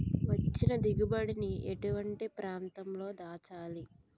వచ్చిన దిగుబడి ని ఎటువంటి ప్రాంతం లో దాచాలి?